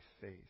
faith